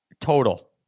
Total